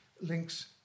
links